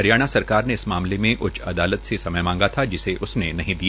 हरियाणा सरकार ने इस मामले में उच्च अदालत से समय माँगा था जिसे उसने नहीं दिया